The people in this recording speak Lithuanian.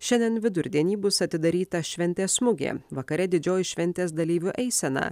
šiandien vidurdienį bus atidaryta šventės mugė vakare didžioji šventės dalyvių eisena